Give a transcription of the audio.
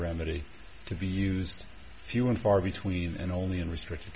remedy to be used few and far between and only in restricted